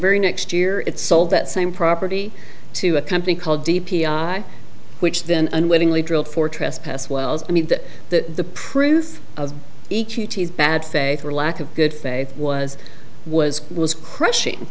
very next year it sold that same property to a company called d p i which then unwittingly drilled for trespass wells i mean that the proof of each bad faith or lack of good faith was was was crushing